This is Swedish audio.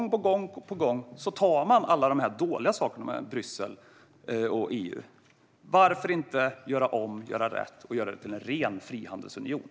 Gång på gång tar man alla dessa dåliga saker med Bryssel och EU. Varför inte göra om, göra rätt och göra detta till en ren frihandelsunion?